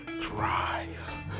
drive